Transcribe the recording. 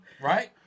Right